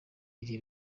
iri